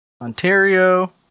Ontario